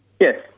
Yes